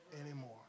anymore